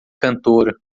cantora